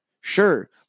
Sure